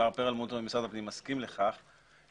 מר פרלמוטר ממשרד הפנים מסכים לכך,